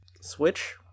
Switch